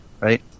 Right